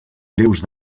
greus